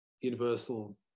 universal